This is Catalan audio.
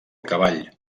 cavall